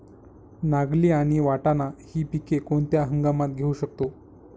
नागली आणि वाटाणा हि पिके कोणत्या हंगामात घेऊ शकतो?